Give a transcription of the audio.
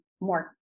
more